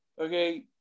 okay